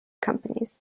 companies